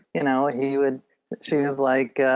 you know he would choose like,